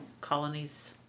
colonies